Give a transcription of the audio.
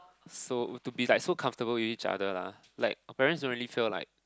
so to be like so comfortable with each other lah like parents ironical like